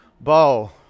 Bow